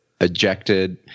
ejected